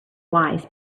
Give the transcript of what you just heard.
wise